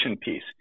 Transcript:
piece